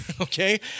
Okay